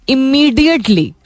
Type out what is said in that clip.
Immediately